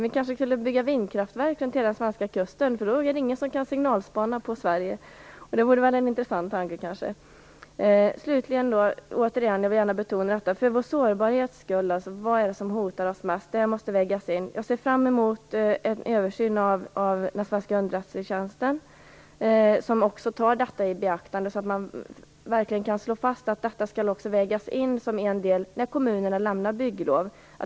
Vi skulle kanske bygga vindkraftverk runt hela den svenska kusten för då är det ingen som kan signalspana på Sverige. Det vore en intressant tanke. Slutligen vill jag återigen betona att man måste väga in det som hotar oss mest. Jag ser fram emot en översyn av den svenska underrättelsetjänsten, där man också tar detta i beaktande och slår fast att det skall ingå i bedömningen när kommunerna lämnar bygglov.